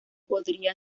podrá